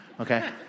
okay